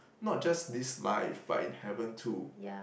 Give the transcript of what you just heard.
not just this life but in heaven too